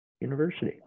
University